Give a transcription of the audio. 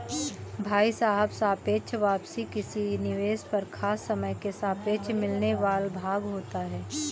भाई साहब सापेक्ष वापसी किसी निवेश पर खास समय के सापेक्ष मिलने वाल लाभ होता है